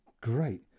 Great